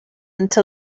until